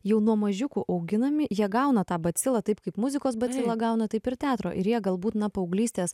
jau nuo mažiukų auginami jie gauna tą bacilą taip kaip muzikos bacilą gauna taip ir teatro ir jie galbūt na paauglystės